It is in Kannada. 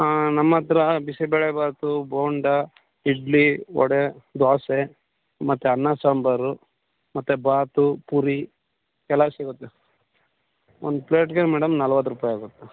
ಹಾಂ ನಮ್ಮ ಹತ್ರ ಬಿಸಿಬೇಳೆಭಾತು ಬೋಂಡ ಇಡ್ಲಿ ವಡೆ ದೋಸೆ ಮತ್ತು ಅನ್ನ ಸಾಂಬಾರು ಮತ್ತು ಭಾತು ಪೂರಿ ಎಲ್ಲ ಸಿಗುತ್ತೆ ಒಂದು ಪ್ಲೇಟ್ಗೆ ಮೇಡಮ್ ನಲ್ವತ್ತು ರೂಪಾಯಿ ಆಗುತ್ತೆ